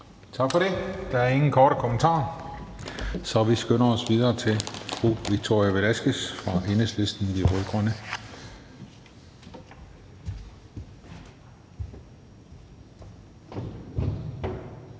Tak for det. Der er ingen korte bemærkninger, så vi skynder os videre til fru Victoria Velasquez fra Enhedslisten – De Rød-Grønne.